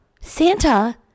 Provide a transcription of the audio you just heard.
Santa